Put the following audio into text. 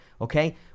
Okay